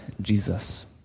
Jesus